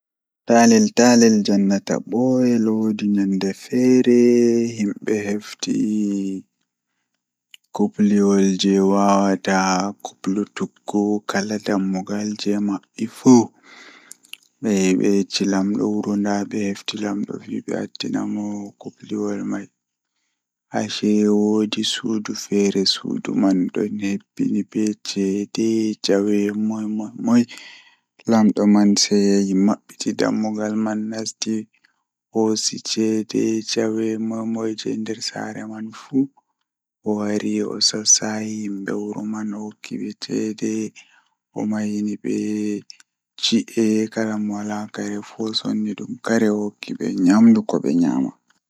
Taalel taalel jannata booyel, Woodi himbeeji hakkilinta be koodeji do himbe jangata koode irin goddo man kondei odon laara koodere don jalinamo, Nyende odon joodi nde kodere man jali kanko fu sei o jali, Sei o wolwini kodere man kodere man nooti m, Emimo dume o yidi ovi kodere man owala ceede oyidi saare o banga debbo o mara bikkoi, Sei kodere man wee mo taa odaama do be lewru oheban ko oyidi fuu nder lewru man ohebi kala ko oyidi fuu onani beldum, Takala mulus.